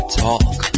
talk